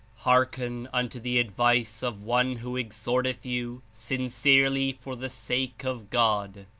hearken unto the advice of one who exhorteth you sincerely for the sake of god.